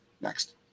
next